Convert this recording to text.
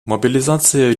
мобилизация